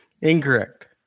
Incorrect